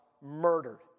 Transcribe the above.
murdered